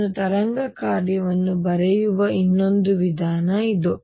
ನಾನು ತರಂಗ ಕಾರ್ಯವನ್ನು ಬರೆಯುವ ಇನ್ನೊಂದು ವಿಧಾನ ಇದು